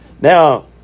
Now